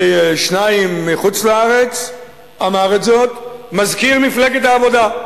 שניים מחוץ-לארץ, אמר זאת מזכיר מפלגת העבודה.